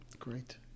Great